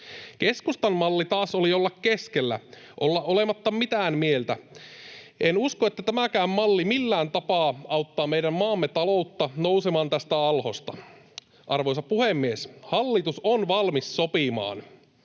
Keskustan malli taas oli olla keskellä, olla olematta mitään mieltä. En usko, että tämäkään malli millään tapaa auttaa meidän maamme taloutta nousemaan tästä alhosta. Arvoisa puhemies! Hallitus on valmis sopimaan,